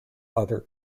other